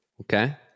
Okay